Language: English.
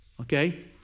Okay